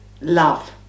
love